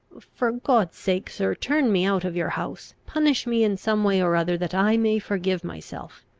for god's sake, sir, turn me out of your house. punish me in some way or other, that i may forgive myself.